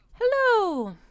Hello